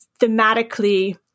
thematically